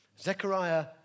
Zechariah